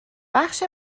بخش